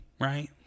right